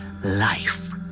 Life